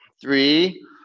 three